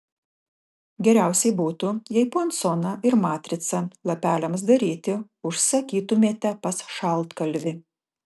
geriausiai būtų jei puansoną ir matricą lapeliams daryti užsakytumėte pas šaltkalvį